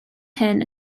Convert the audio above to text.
hyn